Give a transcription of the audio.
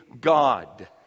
God